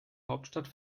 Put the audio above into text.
hauptstadt